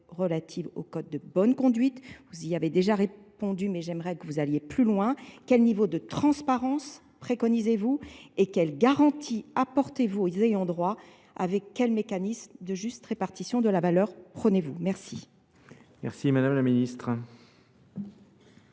relatives aux codes de bonne conduite ? Vous y avez déjà répondu mais j'aimerais que vous alliez plus loin. Quel niveau de transparence préconisez-vous ? Et quelle garantie apportez-vous aux ayants-droit avec quel mécanisme de juste répartition de la valeur ? Prenez-vous. Merci.